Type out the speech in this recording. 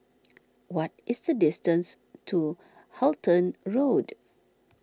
what is the distance to Halton Road